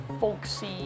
folksy